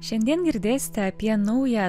šiandien girdėsite apie naują